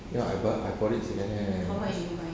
ya but I bought it second hand